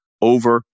over